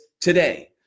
today